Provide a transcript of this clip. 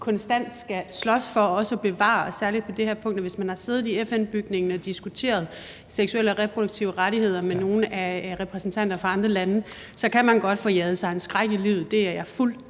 konstant skal slås for at bevare, særlig på det her punkt. Hvis man har siddet i FN-bygningen og diskuteret seksuelle og reproduktive rettigheder med nogle af repræsentanterne fra andre lande, så kan man godt få jaget sig en skræk i livet – det er jeg